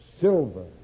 silver